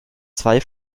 zwei